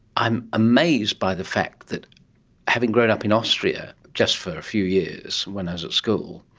i'm amazed by the fact that having grown up in austria, just for a few years when i was at school,